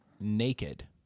naked